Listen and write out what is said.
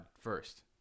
first